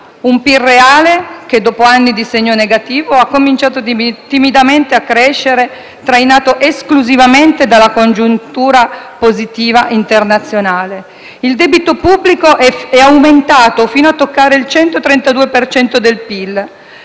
un PIL reale che, dopo anni di segno negativo, ha cominciato timidamente a crescere trainato esclusivamente dalla congiuntura positiva internazionale. Il debito pubblico è aumentato fino a toccare il 132 per